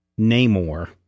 Namor